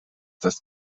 das